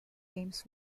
games